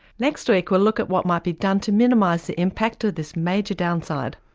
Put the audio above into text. next week we'll look at what might be done to minimise the impact of this major downside.